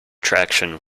traction